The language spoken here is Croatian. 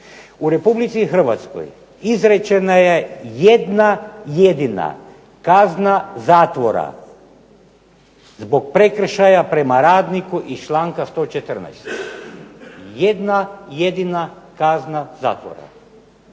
u Republici Hrvatskoj izrečena je jedna jedina kazna zatvora zbog prekršaja prema radniku iz članka 114. Jedna jedina kazna zatvora.